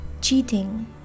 cheating